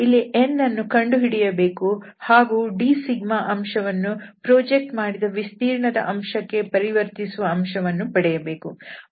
ಇಲ್ಲಿ n ಅನ್ನು ಕಂಡುಹಿಡಿಯಬೇಕು ಹಾಗೂ d ಅಂಶವನ್ನು ಪ್ರೊಜೆಕ್ಟ್ ಮಾಡಿದ ವಿಸ್ತೀರ್ಣದ ಅಂಶಕ್ಕೆ ಪರಿವರ್ತಿಸುವ ಅಂಶವನ್ನು ಪಡೆಯಬೇಕು